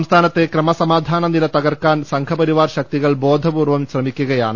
സംസ്ഥാനത്ത് ക്രമസമാധാന നില തകർക്കാൻ സംഘപരിവാർ ശക്തി കൾ ബോധപൂർവൃം ശ്രമിക്കുകയാണ്